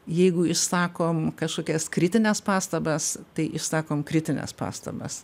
jeigu išsakom kažkokias kritines pastabas tai išsakom kritines pastabas